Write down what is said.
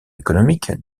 économiques